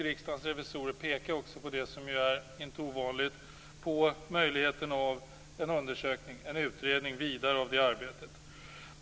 Riksdagens revisorer pekar också på det som inte är ovanligt, nämligen möjligheten av en utredning av detta arbete.